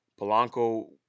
Polanco